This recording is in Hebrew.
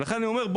ולכן אני אומר,